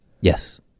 Yes